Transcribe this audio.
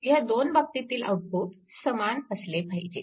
ह्या दोन बाबतीतील आउटपुट समान असले पाहिजेत